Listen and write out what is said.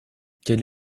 quelle